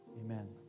Amen